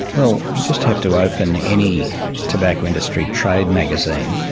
well, you just have to open any tobacco industry trade magazine,